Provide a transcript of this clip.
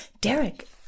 Derek